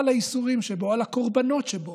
על הייסורים שבו, על הקורבנות שבו,